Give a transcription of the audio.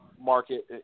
market